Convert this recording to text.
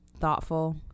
thoughtful